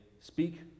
speak